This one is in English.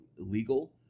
Illegal